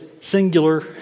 singular